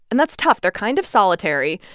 and that's tough. they're kind of solitary.